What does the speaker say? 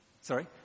Sorry